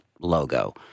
logo